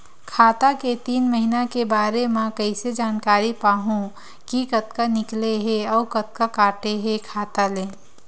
खाता के तीन महिना के बारे मा कइसे जानकारी पाहूं कि कतका निकले हे अउ कतका काटे हे खाता ले?